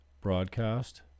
broadcast